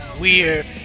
weird